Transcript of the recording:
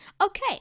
Okay